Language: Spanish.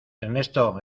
ernesto